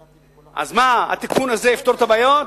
אז מה, התיקון הזה יפתור את הבעיות?